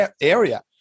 area